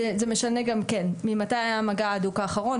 זה משנה כן ממתי היה המגע ההדוק האחרון,